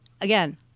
Again